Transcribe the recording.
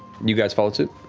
you guys follow suit?